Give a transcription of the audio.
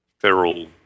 Feral